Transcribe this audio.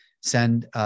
send